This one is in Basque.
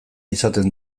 izaten